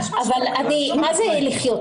אבל מה זה לחיות?